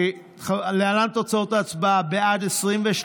להלן תוצאות ההצבעה: בעד, 23,